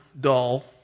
dull